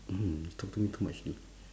mm talk to me too much leh